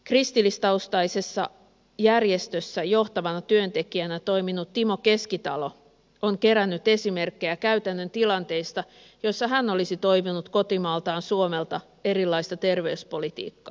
kristillistaustaisessa järjestössä johtavana työntekijänä toiminut timo keskitalo on kerännyt esimerkkejä käytännön tilanteista joissa hän olisi toivonut kotimaaltaan suomelta erilaista terveyspolitiikkaa